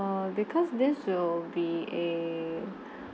~(err) because this will be a